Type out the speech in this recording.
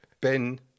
Ben